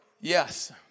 Yes